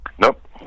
Nope